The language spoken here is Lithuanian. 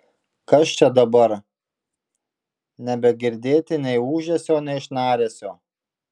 kas čia dabar nebegirdėti nei ūžesio nei šnaresio